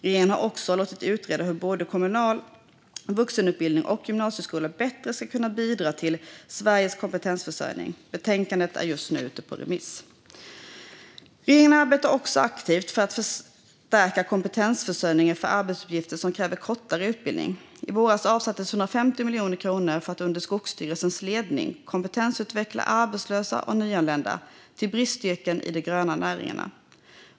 Regeringen har också låtit utreda hur både kommunal vuxenutbildning och gymnasieskola bättre ska kunna bidra till Sveriges kompetensförsörjning. Betänkandet är just nu ute på remiss. Regeringen arbetar också aktivt för att förstärka kompetensförsörjningen för arbetsuppgifter som kräver kortare utbildning. I våras avsattes 150 miljoner kronor för att under Skogsstyrelsens ledning kompetensutveckla arbetslösa och nyanlända till bristyrken i de gröna näringarna.